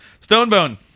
Stonebone